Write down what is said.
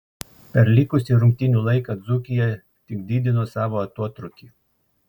per likusį rungtynių laiką dzūkija tik didino savo atotrūkį